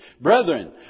Brethren